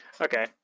Okay